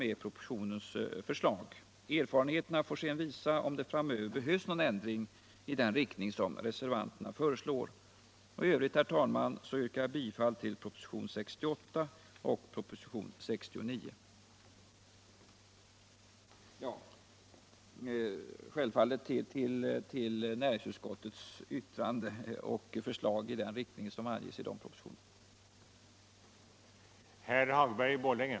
Erfarenheterna får sedan visa om det framöver behöver göras någon ändring i den riktning som reservanterna föreslår. I övrigt, herr talman, yrkar jag bifall till näringsutskottets hemställan i betänkandena 68 och 69.